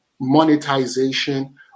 monetization